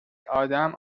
ادم